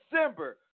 December